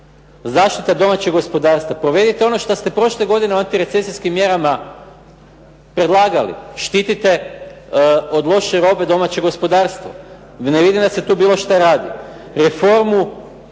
Zaštita domaćih gospodarstva, provedite ono što ste prošle godine u antirecesijskim mjerama predlagali, štitite od loše robe domaće gospodarstvo, ne vidim da se tu bilo šta radi. Reformu